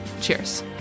Cheers